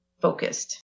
focused